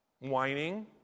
whining